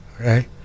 okay